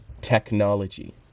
technology